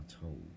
told